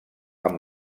amb